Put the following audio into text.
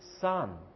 son